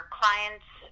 clients